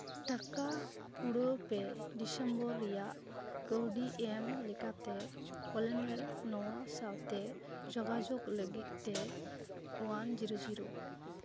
ᱴᱟᱠᱟ ᱩᱲᱟᱹᱣ ᱯᱮ ᱰᱤᱥᱮᱢᱵᱚᱨ ᱨᱮᱭᱟᱜ ᱠᱟᱹᱣᱰᱤ ᱮᱢ ᱞᱮᱠᱟᱛᱮ ᱠᱚᱞᱮᱱᱟᱨ ᱱᱚᱣᱟ ᱥᱟᱶᱛᱮ ᱡᱚᱜᱟᱡᱳᱜᱽ ᱞᱟᱹᱜᱤᱫ ᱛᱮ ᱚᱣᱟᱱ ᱡᱤᱨᱳ ᱡᱤᱨᱳ